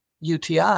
UTI